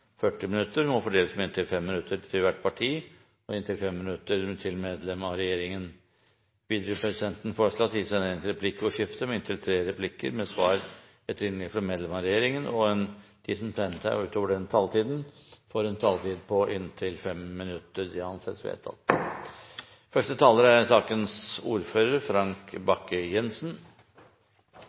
40 minutter og fordeles med inntil 5 minutter til hvert parti og inntil 5 minutter til medlem av regjeringen. Videre vil presidenten foreslå at det gis anledning til replikkordskifte på inntil tre replikker med svar etter innlegg fra medlem av regjeringen innenfor den fordelte taletid. Videre blir det foreslått at de som måtte tegne seg på talerlisten utover den fordelte taletid, får en taletid på inntil 3 minutter. – Det anses vedtatt.